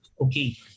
Okay